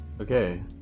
Okay